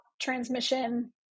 transmission